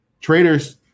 traders